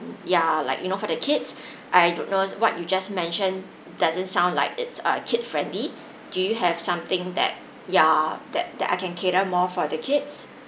ya like you know for the kids I don't know what you just mentioned doesn't sound like it's a kid friendly do you have something that ya that that I can cater more for the kids